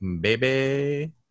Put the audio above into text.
baby